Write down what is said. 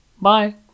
Bye